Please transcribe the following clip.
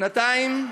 שנתיים,